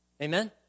Amen